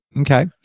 Okay